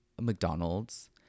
McDonald's